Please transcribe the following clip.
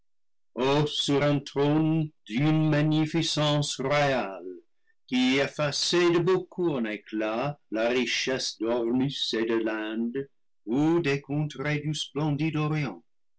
d'une magnificence royale qui effaçait de beaucoup en éclat la richesse d'ormus et de l'inde ou des contrées du splendide orient